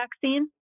vaccine